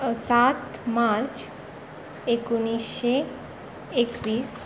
सात मार्च एकुणशे एकवीस